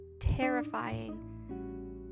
terrifying